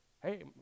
Hey